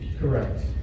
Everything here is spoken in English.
Correct